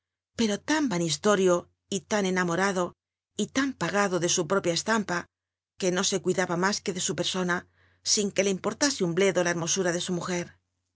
pero tan vanistorio y tan enamorado y tan pagado dr su propia estampa que no se cuidaba mas que de su per ona in f uc le importase un bledo la hermosura de su mujer